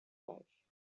life